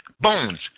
Bones